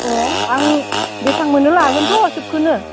अ आं बेसेबां मोनो लागोनथ' सबखौनो